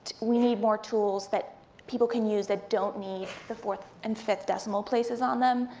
we need more tools that people can use that don't need the fourth and fifth decimal places on them.